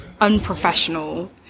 unprofessional